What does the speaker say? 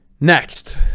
Next